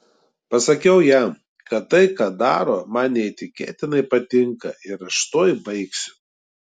pasakiau jam kad tai ką daro man neįtikėtinai patinka ir aš tuoj baigsiu